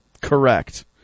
Correct